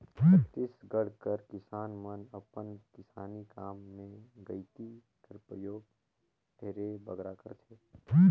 छत्तीसगढ़ कर किसान मन अपन किसानी काम मे गइती कर परियोग ढेरे बगरा करथे